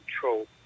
control